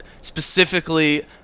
specifically